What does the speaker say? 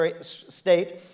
state